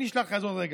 אני אשלח לך עוד רגע.